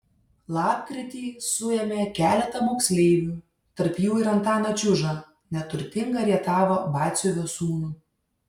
lapkritį suėmė keletą moksleivių tarp jų ir antaną čiužą neturtingą rietavo batsiuvio sūnų